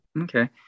Okay